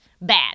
bad